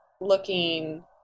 looking